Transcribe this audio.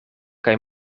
kaj